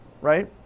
right